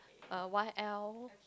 err Y_L